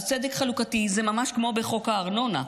צדק חלוקתי, זה ממש כמו בחוק הארנונה.